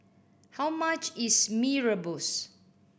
how much is Mee Rebus